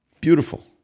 beautiful